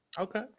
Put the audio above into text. Okay